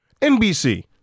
NBC